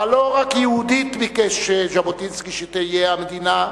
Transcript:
אבל לא רק יהודית ביקש ז'בוטינסקי שתהיה המדינה,